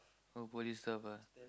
oh poly stuff ah